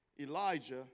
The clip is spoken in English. Elijah